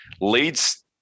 leads